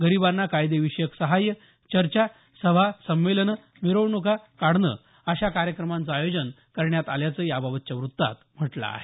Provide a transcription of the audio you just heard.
गरिबांना कायदेविषयक सहाय्य चर्चा सभा संमेलन मिरवणूका काढणे अशा कार्यक्रमांचं आयोजन करण्यात आल्याचं याबाबतच्या व्रत्तात म्हटलं आहे